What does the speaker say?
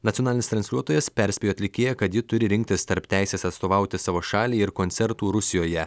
nacionalinis transliuotojas perspėjo atlikėją kad ji turi rinktis tarp teisės atstovauti savo šalį ir koncertų rusijoje